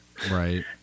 Right